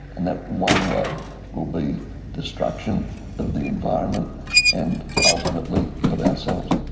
and that one way will be destruction of the environment and ultimately of ourselves.